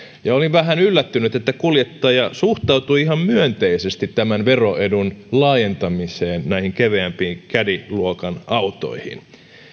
ja olin vähän yllättynyt että kuljettaja suhtautui ihan myönteisesti tämän veroedun laajentamiseen näihin kevyempiin caddy luokan autoihin